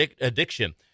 addiction